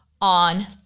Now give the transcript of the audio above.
on